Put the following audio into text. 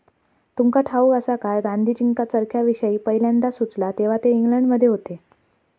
तुमका ठाऊक आसा काय, गांधीजींका चरख्याविषयी पयल्यांदा सुचला तेव्हा ते इंग्लंडमध्ये होते